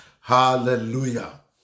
Hallelujah